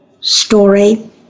story